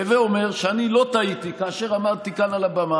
הווה אומר שאני לא טעיתי כאשר עמדתי כאן על הבמה